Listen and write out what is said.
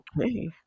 okay